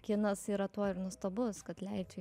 kinas yra tuo ir nuostabus kad leidžia